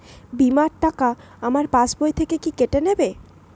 বিমার টাকা আমার পাশ বই থেকে কি কেটে নেবে?